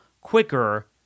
quicker